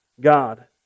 God